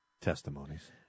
testimonies